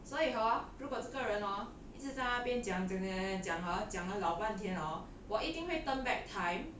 所以 hor 如果这个人 hor 一直在那边讲讲讲讲讲讲 hor 讲了老半天 hor 我一定会 turn back time